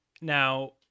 now